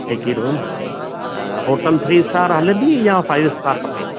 हिकु ई रूम हलंदो अ होटल थ्री स्टार हलंदी या फाइव स्टार खपे